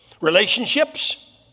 relationships